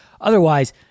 Otherwise